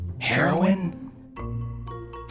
Heroin